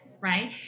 right